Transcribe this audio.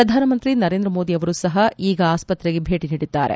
ಪ್ರಧಾನಮಂತ್ರಿ ನರೇಂದ್ರ ಮೋದಿ ಅವರೂ ಸಹ ಈಗ ಆಸ್ವತ್ರೆಗೆ ಭೇಟಿ ನೀಡಿದ್ದಾರೆ